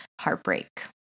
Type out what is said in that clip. heartbreak